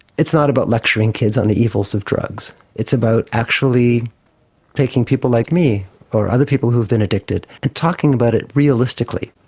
it's not about lecturing kids on the evils of drugs, it's about actually taking people like me or other people who have been addicted and talking about it realistically.